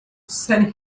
sent